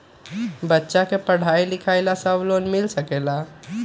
बच्चा के पढ़ाई लिखाई ला भी लोन मिल सकेला?